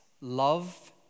Love